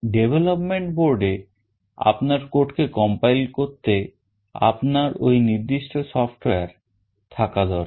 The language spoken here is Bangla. Development board এ আপনার code কে compile করতে আপনার ঐ নির্দিষ্ট software দরকার